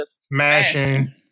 smashing